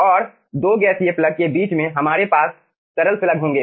और 2 गैसीय प्लग के बीच में हमारे पास तरल स्लग होंगे